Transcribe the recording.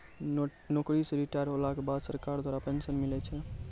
नौकरी से रिटायर होला के बाद सरकार द्वारा पेंशन मिलै छै